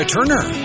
Turner